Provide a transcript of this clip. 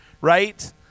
right